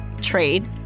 trade